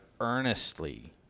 earnestly